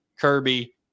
Kirby